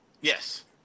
Yes